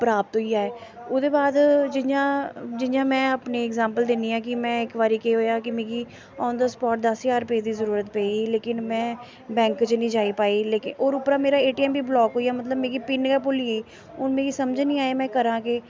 प्राप्त होई जाए ओह्दे बाद जियां जियां में अपनी इगजैंप्ल दिन्नी आं केह् में इक बारी केह् होएआ कि मिगी आन दा स्पाट दस ज्हार रपेऽ दी जरूरत पेई गेई लेकिन में बैंक च निं जाई पाई लेकिन होर उप्परा मेरा ए टी एम बी ब्लाक होई गेआ मतलब मिगी पिन गै भुल्ली गेई हून मिगी समझ निं आए में करां केह्